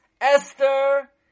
Esther